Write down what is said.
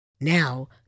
Now